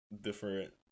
different